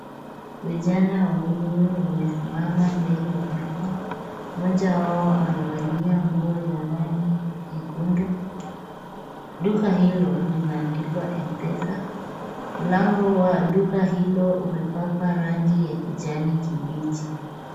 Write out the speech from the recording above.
Vijana wawili wamesimama mbele ya duka ,mmoja wao amevalia nguo ya rangi nyekundu. Duka hilo limeandikwa mpesa , mlango wa duka hilo umepakwa rangi ya kijani kibichi.